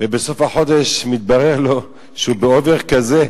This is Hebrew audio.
ובסוף החודש מתברר לו שהוא באובר כזה,